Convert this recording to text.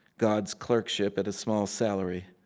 god's clerkship at a small salary.